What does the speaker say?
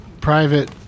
Private